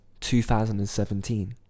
2017